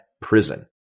prison